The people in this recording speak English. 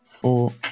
Four